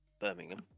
Birmingham